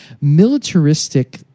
militaristic